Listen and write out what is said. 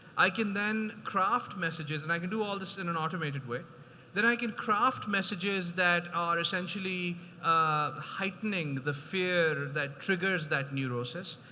i can then craft messages, and i could do all this in an automated way that i can craft messages that are essentially heightening the fear that triggers that neurosis.